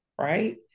right